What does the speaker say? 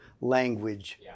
language